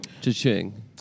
Ching